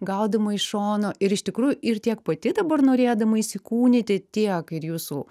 gaudama iš šono ir iš tikrųjų ir tiek pati dabar norėdama įsikūnyti tiek ir jūsų